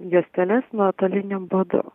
juosteles nuotoliniu būdu